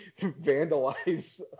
vandalize